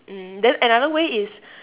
mm then another way is